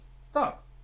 stop